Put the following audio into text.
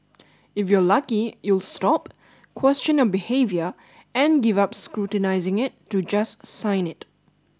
if you're lucky you'll stop question your behaviour and give up scrutinising it to just sign it